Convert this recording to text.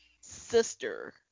Sister